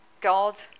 God